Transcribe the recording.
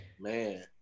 Man